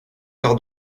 car